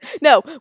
No